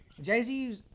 Jay-Z